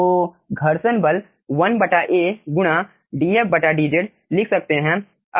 तो घर्षण बल 1A गुणा dfdz लिख सकते हैं